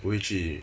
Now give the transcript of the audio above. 我回去